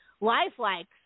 lifelike